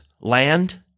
land